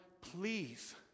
please